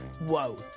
Whoa